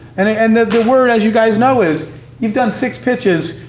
and and the word, as you guys know, is you've done six pitches.